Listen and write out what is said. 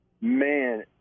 man